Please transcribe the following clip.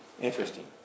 interesting